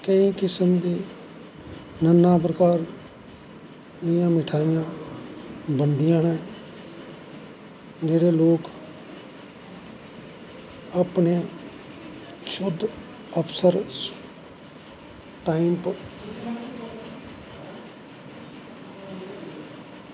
केंई किस्म दे नाना प्रकार जियां मिठाईयां बनदियां न जेह्ड़े लोग अपनें शुध्द अवसर टाइम पर